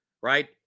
right